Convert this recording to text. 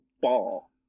ball